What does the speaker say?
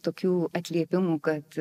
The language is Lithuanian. tokių atsiliepimų kad